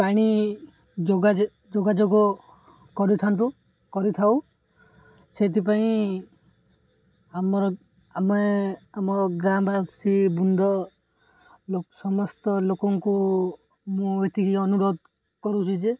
ପାଣି ଯୋଗ ଯୋଗାଯୋଗ କରିଥାନ୍ତୁ କରିଥାଉ ସେଥିପାଇଁ ଆମର ଆମେ ଆମ ଗାଁ ବାସୀ ବୃନ୍ଦ ଲ ସମସ୍ତ ଲୋକଙ୍କୁ ମୁଁ ଏତିକି ଅନୁରୋଧ କରୁଛି ଯେ